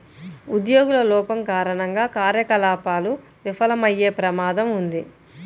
ఉద్యోగుల లోపం కారణంగా కార్యకలాపాలు విఫలమయ్యే ప్రమాదం ఉంది